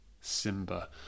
Simba